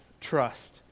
trust